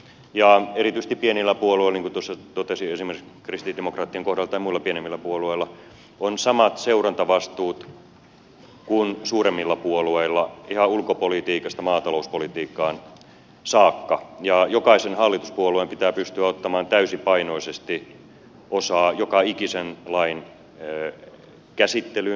ja erityisesti pienillä puolueilla niin kuin tuossa todettiin esimerkiksi kristillisdemokraattien kohdalta mutta myös muilla pienemmillä puolueilla on samat seurantavastuut kuin suuremmilla puolueilla ihan ulkopolitiikasta maatalouspolitiikkaan saakka ja jokaisen hallituspuolueen pitää pystyä ottamaan täysipainoisesti osaa joka ikisen lain käsittelyyn ja sen valmisteluun